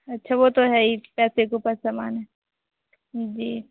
अच्छा वह तो है ही पैसे के ऊपर सम्मान जी